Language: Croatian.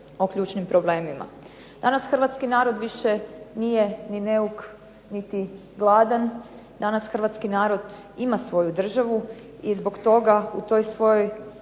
Danas hrvatski narod više nije ni neuk niti gladan, danas hrvatski narod ima svoju državu i zbog toga u toj svojoj